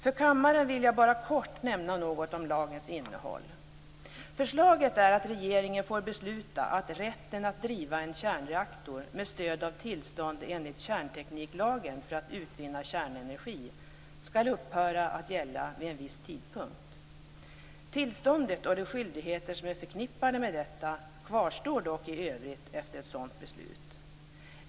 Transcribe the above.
För kammaren vill jag bara kort nämna något om lagens innehåll. Förslaget är att regeringen får besluta att rätten att driva en kärnreaktor, med stöd av tillstånd enligt kärntekniklagen för att utvinna kärnenergi, skall upphöra att gälla vid en viss tidpunkt. Tillståndet, och de skyldigheter som är förknippade med detta, kvarstår dock i övrigt efter ett sådant beslut.